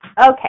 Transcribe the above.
okay